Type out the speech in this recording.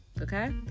Okay